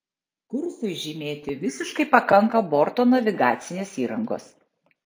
kursui žymėti visiškai pakanka borto navigacinės įrangos